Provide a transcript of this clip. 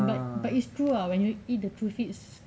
but but it's true ah when you eat the TruFitz